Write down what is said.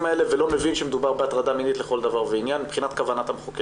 האלה ולא מבין שמדובר בהטרדה מינית לכל דבר ועניין מבחינת כוונת המחוקק.